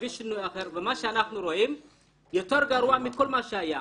תביא שינוי אחר ומה שאנחנו רואים שזה יותר גרוע מכל מה שהיה,